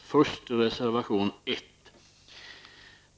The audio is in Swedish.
Först reservation 1.